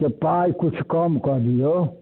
तऽ पाइ किछु कम कऽ दियौ